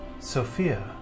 Sophia